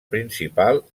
principal